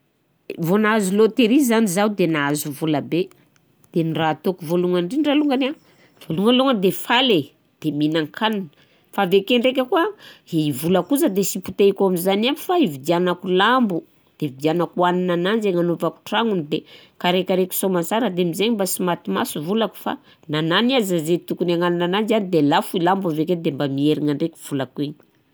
Vo nahazo loteria zany zaho de nahazo vola be de ny raha ataoko vôlohany ndrindra alôhany an: vôlohany aloha de faly e de minan-kanina fa aveke ndraika koà i vola kosa de sy potehiko am'zany ihany fa ividianako lambo de ividianako haninananjy de agnanaovako tragnony de karakaraiko soa amansara de am'zaigny mba sy maty maso volako fa lany aza zay tokony agnaninazy an de lafo i lambo i aveke de mba mierigna ndraiky igny volako igny.